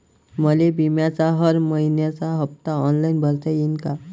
मले बिम्याचा हर मइन्याचा हप्ता ऑनलाईन भरता यीन का?